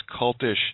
cultish